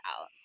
out